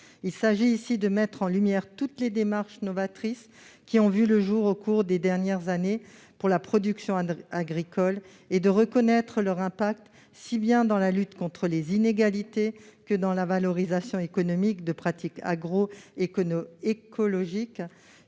Il s'agit de mettre en lumière toutes les démarches novatrices qui ont vu le jour au cours des dernières années pour la production agricole et de reconnaître leur impact, aussi bien dans la lutte contre les inégalités que dans la valorisation économique de pratiques agroécologiques.